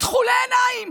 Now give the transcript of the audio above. תכולי עיניים